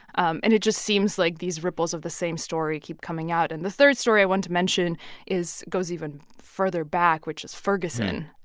um and it just seems like these ripples of the same story keep coming out. and the third story i want to mention is goes even further back, which is ferguson